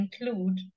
include